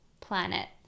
planet